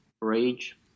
rage